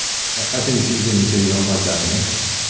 i think it's interesting you say you don't like documentaries